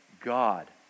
God